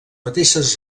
mateixes